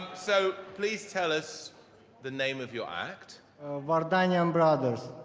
so, please tell us the name of your act vardanyan brothers.